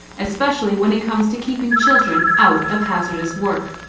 especially when it comes to keeping children out of hazardous work.